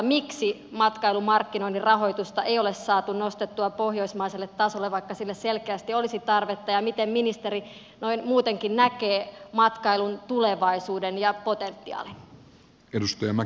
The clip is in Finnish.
miksi matkailumarkkinoinnin rahoitusta ei ole saatu nostettua pohjoismaiselle tasolle vaikka sille selkeästi olisi tarvetta ja miten ministeri noin muutenkin näkee matkailun tulevaisuuden ja potentiaalin